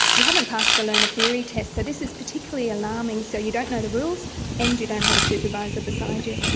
you haven't passed a learner theory test, so this is particularly alarming, so you don't know the rules and you don't have a supervisor beside you.